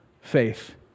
faith